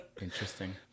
Interesting